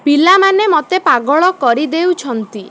ପିଲାମାନେ ମୋତେ ପାଗଳ କରିଦେଉଛନ୍ତି